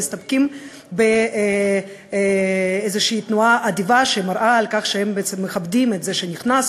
והם מסתפקים באיזו תנועה אדיבה שמראה שהם בעצם מכבדים את זה שנכנס,